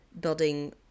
building